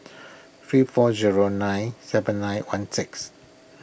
three four zero nine seven nine one six